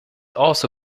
also